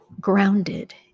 grounded